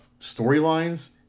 storylines